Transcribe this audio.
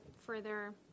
further